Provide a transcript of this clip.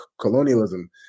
colonialism